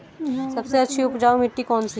सबसे अच्छी उपजाऊ मिट्टी कौन सी है?